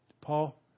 Paul